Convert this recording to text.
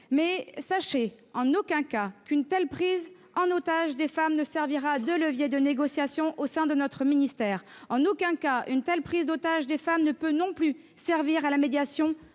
Sachez qu'en aucun cas une telle prise en otage des femmes ne servira de levier de négociation au sein de notre ministère ; en aucun cas une telle prise en otage des femmes ne peut non plus servir à la médiation